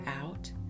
out